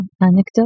anecdote